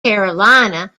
carolina